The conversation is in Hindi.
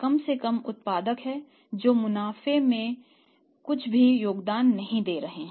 कम से कम उत्पादक है जो मुनाफे में कुछ भी योगदान नहीं दे रहे हैं